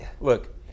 Look